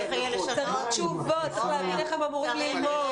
צריך תשובות, צריך להבין איך הם אמורים ללמוד.